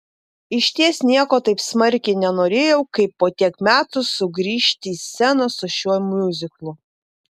išties nieko taip smarkiai nenorėjau kaip po tiek metų sugrįžti į sceną su šiuo miuziklu